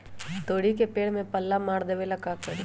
तोड़ी के पेड़ में पल्ला मार देबे ले का करी?